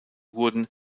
wurden